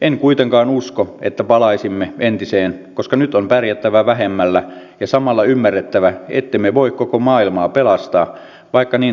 en kuitenkaan usko että palaisimme entiseen koska nyt on pärjättävä vähemmällä ja samalla ymmärrettävä ettemme voi koko maailmaa pelastaa vaikka niin haluaisimmekin